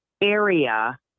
area